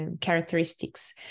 characteristics